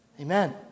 Amen